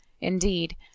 Indeed